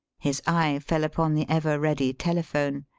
his eye fell upon the ever-ready telephone.